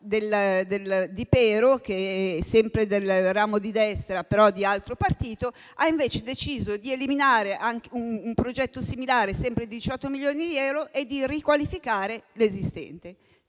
di Pero, che è sempre del ramo di destra, però di altro partito, ha invece deciso di eliminare un progetto similare, sempre di 18 milioni di euro, e di riqualificare l'esistente.